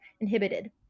inhibited